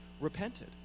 repented